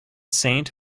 saint